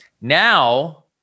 now